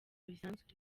bisanzwe